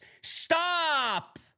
Stop